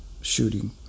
shooting